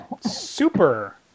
super